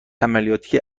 عملیاتی